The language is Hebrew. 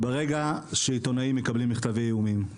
ברגע שעיתונאים מקבלים מכתבי איומים,